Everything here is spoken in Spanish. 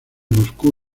moscú